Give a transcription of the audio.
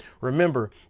Remember